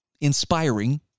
inspiring